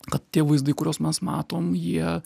kad tie vaizdai kuriuos mes matom jie